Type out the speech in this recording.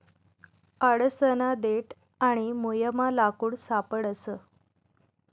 आडसना देठ आणि मुयमा लाकूड सापडस